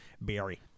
Barry